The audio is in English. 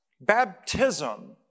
Baptism